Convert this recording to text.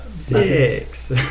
six